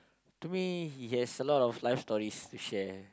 to me he has a lot of life stories to share